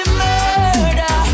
murder